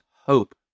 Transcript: hope